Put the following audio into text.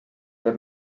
the